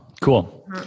Cool